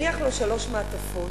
הניח לו שלוש מעטפות.